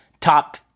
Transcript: top